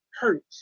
hurt